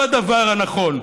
היא הדבר הנכון.